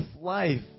life